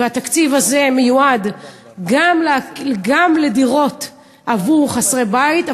והתקציב הזה מיועד גם לדירות עבור חסרי בית,